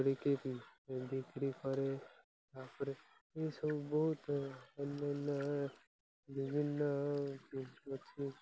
ବ୍ୟବହାର କରିବା ଲୋକଙ୍କୁ ଯେପରି ଆମେ ପର୍ବର୍ତ୍ତା ଥାଉଁ ତାଙ୍କର ସ ଚାଲିଚଳନଙ୍କୁ ଦେଖି ଆମେ ମଧ୍ୟ ଶିଖିଥାଉ ଯେପରି ପିଲାମାନେ ତାଙ୍କର ପ୍ୟାଣ୍ଟ୍ ସାର୍ଟ୍